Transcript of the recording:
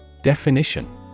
Definition